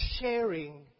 sharing